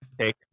take